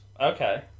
Okay